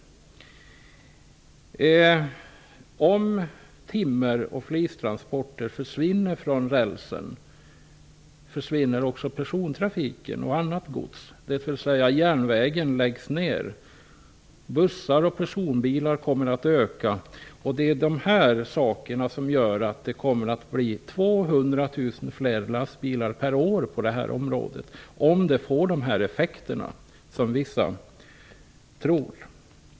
Om timmer och flistransporter försvinner från rälsen, försvinner också persontrafiken och annan godstrafik, och järnvägen läggs ned. Då kommer i stället antalet bussar och personbilar att öka. Det kommer att bli 200 000 fler lastbilar per år, om de effekter som vissa tror på blir verklighet.